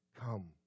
come